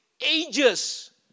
ages